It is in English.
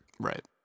Right